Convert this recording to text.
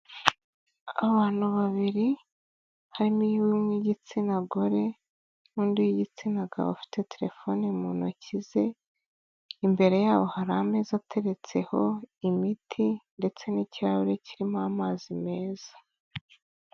Abantu babiri harimo umwe w'igitsina gore n'undi w'igitsina gabo ufite terefone mu ntoki ze, imbere yabo hari ameza ateretseho imiti, ndetse n'ikirahure kirimo amazi meza.